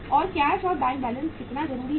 और कैश और bank balance कितना जरूरी है